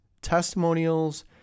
testimonials